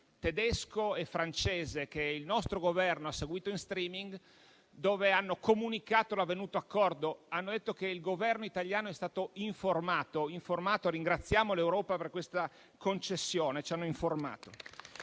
tedesco e francese, che il nostro Governo ha seguito in *streaming,* in cui hanno comunicato l'avvenuto accordo: hanno detto che il Governo italiano è stato informato. Ringraziamo l'Europa per questa concessione, ci hanno informato.